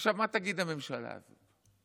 עכשיו, מה תגיד הממשלה הזאת?